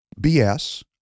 BS